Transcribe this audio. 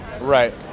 Right